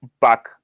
back